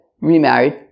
remarried